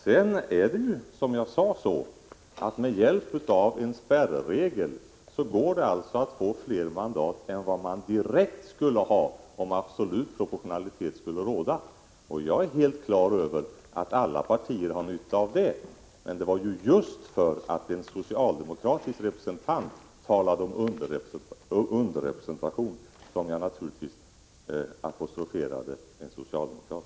Som jag sade går det alltså med hjälp av en spärregel att få fler mandat än vad man direkt skulle få om absolut proportionalitet skulle råda. Jag är på det klara med att alla partier har nytta av det. Men det var just därför att en socialdemokrat talade om en underrepresentation som jag naturligtvis apostroferade en socialdemokrat.